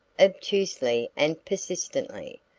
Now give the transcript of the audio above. obtusely and persistently,